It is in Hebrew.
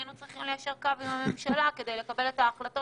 היינו צריכים ליישר קו עם הממשלה כדי לקבל את ההחלטות